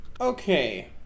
Okay